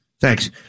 Thanks